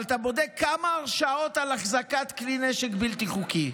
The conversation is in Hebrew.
אבל אתה בודק כמה הרשעות על החזקת כלי נשק בלתי חוקיים,